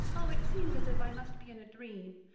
oh, it seems as if i must be in a dream.